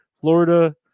Florida